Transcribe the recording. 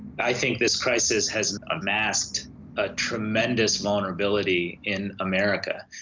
i think this crisis has unmasked a tremendous vulnerability in america,